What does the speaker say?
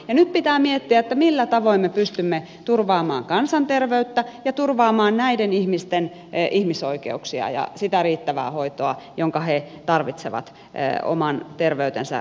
ja nyt pitää miettiä millä tavoin me pystymme turvaamaan kansanterveyttä ja turvaamaan näiden ihmisten ihmisoikeuksia ja sitä riittävää hoitoa jonka he tarvitsevat oman terveytensä tueksi